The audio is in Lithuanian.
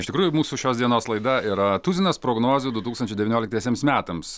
iš tikrųjų mūsų šios dienos laida yra tuzinas prognozių du tūkstančiai devynioliktiesiems metams